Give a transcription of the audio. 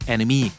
Enemy